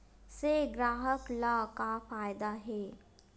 से ग्राहक ला का फ़ायदा हे?